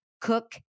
Cook